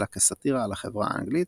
אלא כסאטירה על החברה האנגלית,